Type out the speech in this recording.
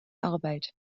arbeit